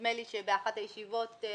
נדמה לי שבאחת הישיבות אמרנו,